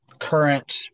current